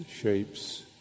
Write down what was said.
shapes